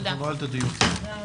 הישיבה ננעלה בשעה 14:05.